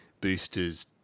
boosters